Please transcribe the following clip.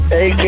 Hey